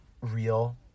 real